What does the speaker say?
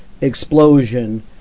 explosion